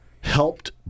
helped